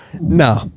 no